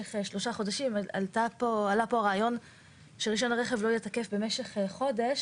במשך שלושה חודשים עלה פה רעיון שרישיון הרכב לא יהיה תקף במשך חודש.